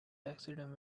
accident